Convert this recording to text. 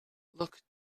look